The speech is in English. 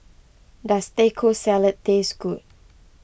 does Taco Salad taste good